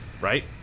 right